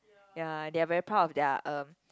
ya they're very proud of their um